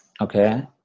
Okay